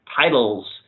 titles